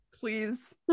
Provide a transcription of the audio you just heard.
please